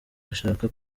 ashaka